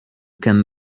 can